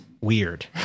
weird